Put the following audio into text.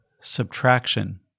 subtraction